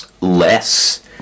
less